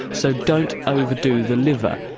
so, don't overdo the liver.